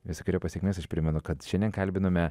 visokeriopos sėkmės aš primenu kad šiandien kalbinome